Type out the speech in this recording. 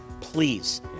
Please